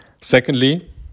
Secondly